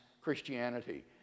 Christianity